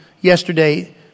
yesterday